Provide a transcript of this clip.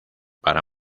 para